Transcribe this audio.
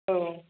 औ